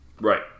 Right